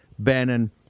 bannon